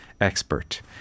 expert